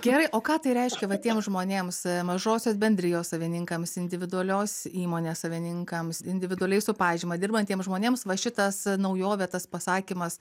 gerai o ką tai reiškia va tiem žmonėms mažosios bendrijos savininkams individualios įmonės savininkams individualiai su pažyma dirbantiem žmonėms va šitas naujovė tas pasakymas